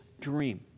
dream